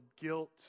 guilt